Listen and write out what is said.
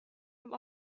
have